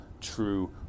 true